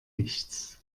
nichts